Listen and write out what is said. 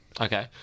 Okay